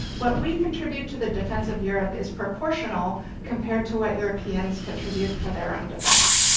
what we contribute to the defense of europe is proportional compared to what europeans contribute for their own defense.